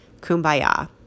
Kumbaya